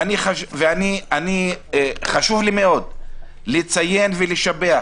ואני חשוב לי מאוד לציין ולשבח